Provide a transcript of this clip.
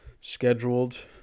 scheduled